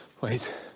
wait